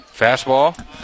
fastball